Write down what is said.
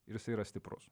ir jisai yra stiprus